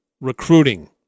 recruiting